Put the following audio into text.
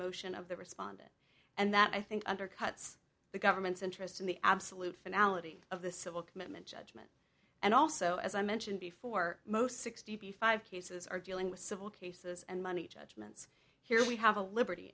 motion of the respondent and that i think undercuts the government's interest in the absolute finale of the civil commitment judgment and also as i mentioned before most sixty five cases are dealing with civil cases and money judgments here we have a liberty